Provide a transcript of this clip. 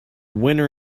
winner